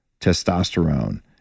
testosterone